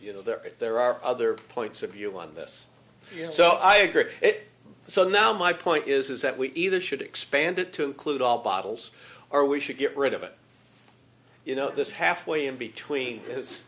you know that there are other points of view on this so i agree it so now my point is is that we either should expand it to include all bottles or we should get rid of it you know this halfway in between h